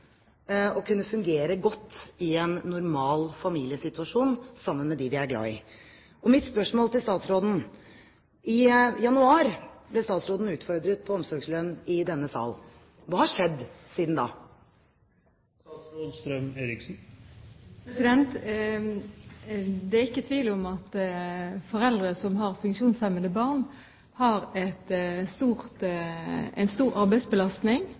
å kunne fungere godt i en normal familiesituasjon sammen med dem vi er glad i. Mitt spørsmål til statsråden er: I januar ble statsråden utfordret på omsorgslønn i denne salen. Hva har skjedd siden da? Det er ikke tvil om at foreldre som har funksjonshemmede barn, har en stor arbeidsbelastning